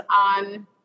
on